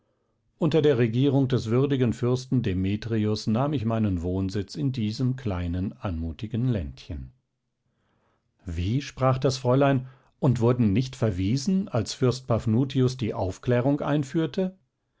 unter der regierung des würdigen fürsten demetrius nahm ich meinen wohnsitz in diesem kleinen anmutigen ländchen wie sprach das fräulein und wurden nicht verwiesen als fürst paphnutius die aufklärung einführte